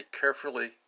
carefully